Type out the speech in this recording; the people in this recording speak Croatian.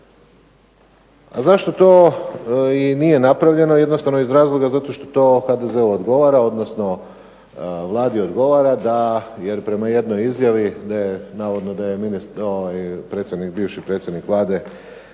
Zašto to i nije napravljeno? Jednostavno iz razloga zato što to HDZ-u odgovara, odnosno Vladi odgovara jer prema jednoj izjavi navodno da je bivši predsjednik Vlade